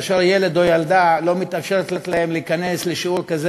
כאשר ילד או ילדה לא מתאפשר להם להיכנס לשיעור כזה